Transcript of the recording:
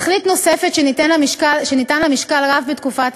תכלית נוספת שניתן לה משקל רב בתקופת